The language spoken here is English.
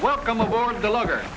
welcome aboard the lugger